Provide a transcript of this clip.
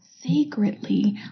secretly